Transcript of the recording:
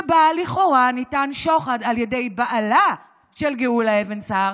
שבה לכאורה ניתן שוחד על ידי בעלה של גאולה אבן סער,